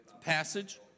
passage